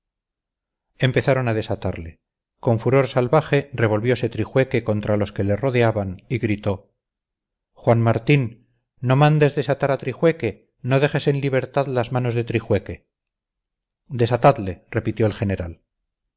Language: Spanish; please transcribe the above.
empezaron a desatarle con furor salvaje revolviose trijueque contra los que le rodeaban y gritó juan martín no mandes desatar a trijueque no dejes en libertad las manos de trijueque desatadle repitió el general